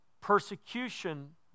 Persecution